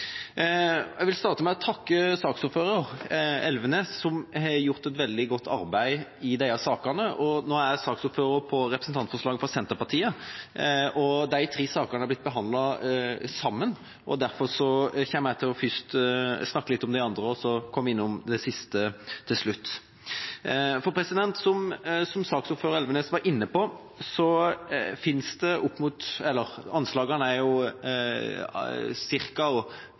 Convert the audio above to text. jeg er veldig viktig. Jeg vil starte med å takke saksordfører Elvenes som har gjort et veldig godt arbeid i disse sakene. Nå er jeg saksordfører for representantforslaget fra Senterpartiet. De tre sakene er blitt behandlet sammen, derfor kommer jeg først til å snakke litt om de andre og så komme innom det siste til slutt. Som saksordfører Elvenes var inne på: Anslagene er